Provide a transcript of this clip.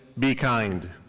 be kind.